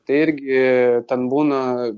tai irgi ten būna